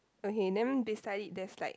okay then beside it there's like